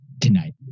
tonight